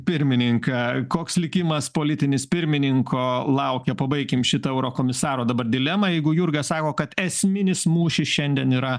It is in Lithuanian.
pirmininką koks likimas politinis pirmininko laukia pabaikim šitą eurokomisaro dabar dilemą jeigu jurga sako kad esminis mūšis šiandien yra